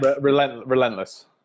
Relentless